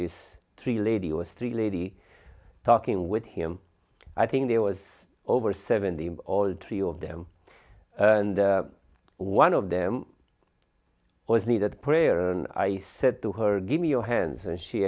this three lady or st lady talking with him i think there was over seventy in all three of them and one of them was needed prayer and i said to her give me your hands and she